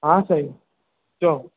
हा साईं चयो